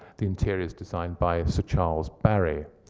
the interior is designed by sir charles barry.